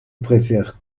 préfères